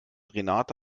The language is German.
renate